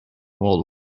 world